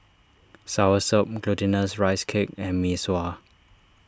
Soursop Glutinous Rice Cake and Mee Sua